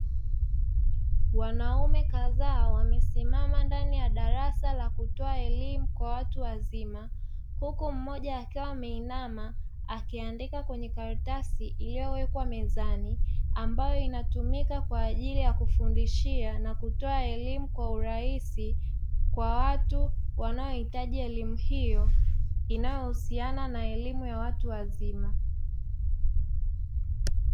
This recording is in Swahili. Wanaume kadhaa wamesimama ndani ya darasa la kutoa elimu kwa watu wazima, huku mmoja akiwa ameinama akiandika kwenye karatasi iliyowekwa mezani, ambayo inatumika kwa ajili ya kufundishia na kutoa elimu kwa urahisi, kwa watu wanaohitaji elimu hiyo inayohusiana na elimu ya watu wazima.